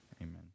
Amen